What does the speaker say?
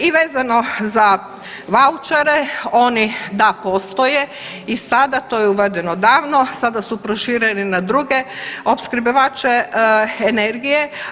I vezano za vaučere oni da postoje i sada, to je uvedeno davno, sada su prošireni na druge opskrbljivače energije.